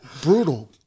brutal